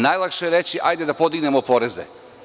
Najlakše je reći – hajde da podignemo poreze.